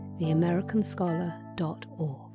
theamericanscholar.org